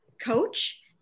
coach